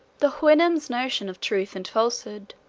the houyhnhnm's notion of truth and falsehood.